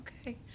okay